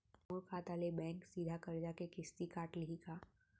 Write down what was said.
मोर खाता ले बैंक सीधा करजा के किस्ती काट लिही का?